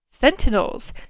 sentinels